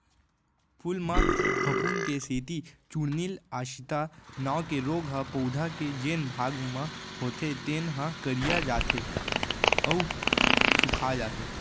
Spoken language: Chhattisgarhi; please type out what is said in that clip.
फूल म फफूंद के सेती चूर्निल आसिता नांव के रोग ह पउधा के जेन भाग म होथे तेन ह करिया जाथे अउ सूखाजाथे